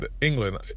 England